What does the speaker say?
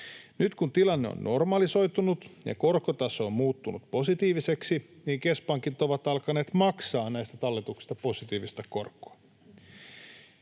Nyt kun tilanne on normalisoitunut ja korkotaso on muuttunut positiiviseksi, niin keskuspankit ovat alkaneet maksaa näistä talletuksista positiivista korkoa.